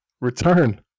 return